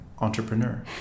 entrepreneur